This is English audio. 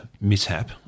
mishap